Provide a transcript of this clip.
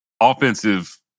offensive